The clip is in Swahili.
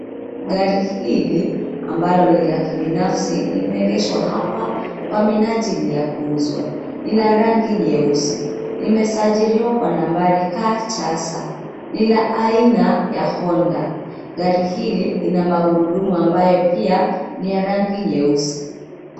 Gari hili ambalo ni la kibinafsi limeegeshwa hapa kwa minajili ya kuuzwa. Ni la rangi nyeusi. Limesajiliwa kwa nambari KCS.Ni la aina ya Honda. Gari hili lina magurudumu ambayo pia ni ya rangi nyeusi.